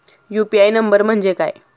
UPI number म्हणजे काय?